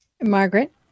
Margaret